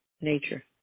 nature